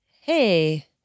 hey